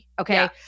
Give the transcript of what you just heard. Okay